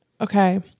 Okay